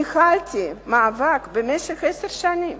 ניהלתי מאבק במשך עשר שנים,